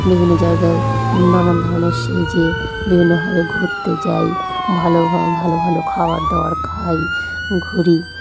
বিভিন্ন জায়গায় নানান ধরনের সেজে বিভিন্নভাবে ঘুরতে যাই ভালো ভালো ভালো খাবার দাবার খাই ঘুরি